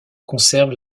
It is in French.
conserve